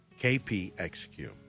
KPXQ